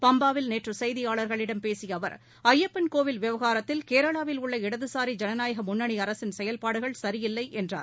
பம்பாவில் நேற்று செய்தியாளர்களிடம்பேசிய அவர் ஐயப்பன் கோவில் விவகாரத்தில் கேரளாவில் உள்ள இடதுசாரி ஜனநாயக முன்னணி அரசின் செயல்பாடுகள் சரியில்லை என்றார்